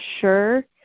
sure